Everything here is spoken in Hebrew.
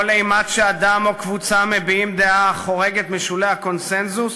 כל אימת שאדם או קבוצה מביעים דעה החורגת משולי הקונסנזוס,